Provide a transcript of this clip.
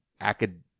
academic